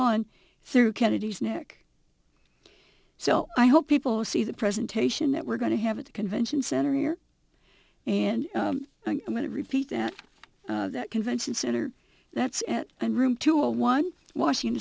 gone through kennedy's nick so i hope people see the presentation that we're going to have at the convention center here and i'm going to repeat that convention center that's it and room to a one washington